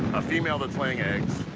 a female that's laying eggs,